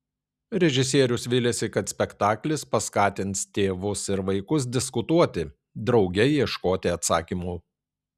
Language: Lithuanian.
režisierius viliasi kad spektaklis paskatins tėvus ir vaikus diskutuoti drauge ieškoti atsakymų